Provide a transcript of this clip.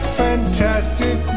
fantastic